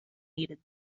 needed